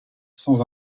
sans